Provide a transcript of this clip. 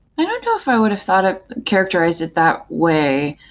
i don't know if i would have thought it characterized it that way.